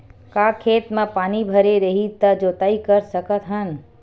का खेत म पानी भरे रही त जोताई कर सकत हन?